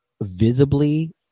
visibly